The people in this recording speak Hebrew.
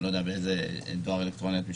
אני לא יודע באיזה דואר אלקטרוני את משתמשת,